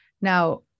Now